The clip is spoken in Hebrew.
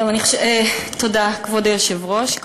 כבוד היושב-ראש,